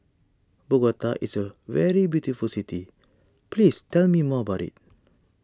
Bogota is a very beautiful city please tell me more about it